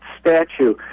statue